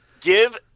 Give